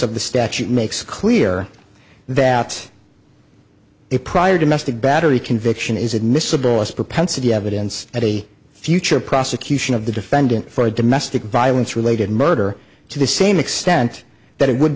of the statute makes clear that a prior domestic battery conviction is admissible as propensity evidence at a future prosecution of the defendant for a domestic violence related murder to the same extent that it would